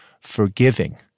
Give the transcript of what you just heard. forgiving